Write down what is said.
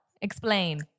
Explain